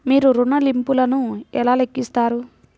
మీరు ఋణ ల్లింపులను ఎలా లెక్కిస్తారు?